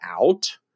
out